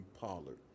Pollard